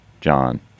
John